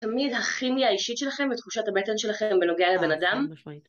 תמיד הכימיה האישית שלכם ותחושת הבטן שלכם גם בנוגע לבן אדם.